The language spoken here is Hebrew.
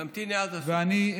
תמתיני עד הסוף.